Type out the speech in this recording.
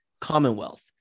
commonwealth